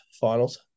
finals